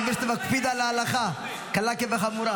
אני מבין שאתה מקפיד על ההלכה קלה כחמורה.